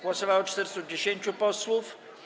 Głosowało 410 posłów.